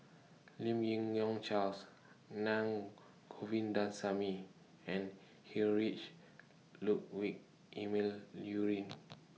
Lim Yi Yong Charles Na Govindasamy and Heinrich Ludwig Emil Luering